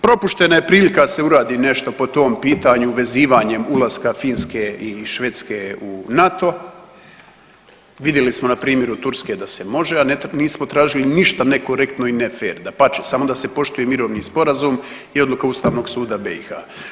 Propuštena je prilika da se uradi nešto po tom pitanju vezivanjem ulaska Finske i Švedske u NATO, vidjeli smo na primjeru Turske da se može, a nismo tražili ništa nekorektno i ne fer, dapače samo da se poštuje mirovni sporazum i odluka Ustavnog suda BiH.